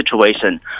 situation